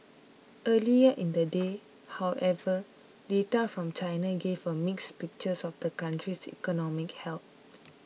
earlier in the day however data from China gave a mixed picture of the country's economic health